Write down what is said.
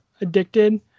addicted